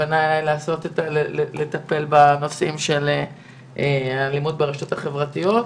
פנה לטפל בנושאים של אלימות ברשתות החברתיות.